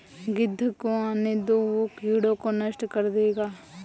गिद्ध को आने दो, वो कीड़ों को नष्ट कर देगा